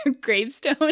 gravestone